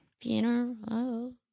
Funeral